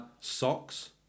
socks